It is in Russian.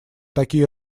такие